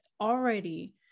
already